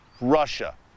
Russia